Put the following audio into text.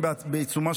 הסנגוריה